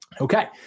Okay